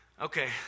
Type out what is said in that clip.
Okay